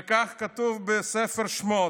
וכך כתוב בספר שמות: